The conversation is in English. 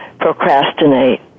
procrastinate